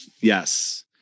Yes